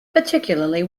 particularly